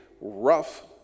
rough